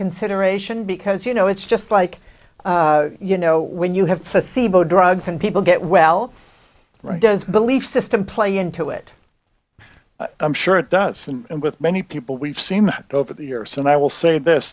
consideration because you know it's just like you know when you have placebo drugs and people get well right does belief system play into it i'm sure it does and with many people we've seen over the years and i will say this